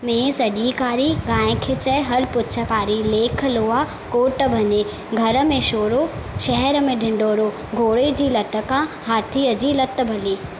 मीह सॼी कारी गाइं खे चए हल पुछ कारी लेख लोहा कोट भञे घर में छोरो शहर में ढिंढोरो घोड़े जी लत खां हाथीअ जी लत भली